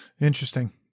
Interesting